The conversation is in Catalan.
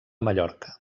mallorca